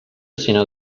sinó